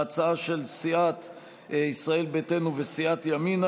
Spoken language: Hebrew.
ההצעה של סיעת ישראל ביתנו וסיעת ימינה,